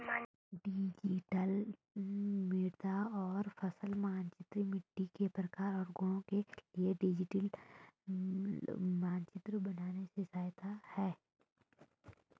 digital मृदा और फसल मानचित्रण मिट्टी के प्रकार और गुणों के लिए डिजिटल मानचित्र बनाने में सहायक है